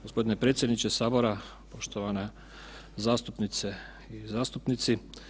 Gospodine predsjedniče Sabora, poštovane zastupnice i zastupnici.